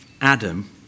Adam